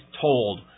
told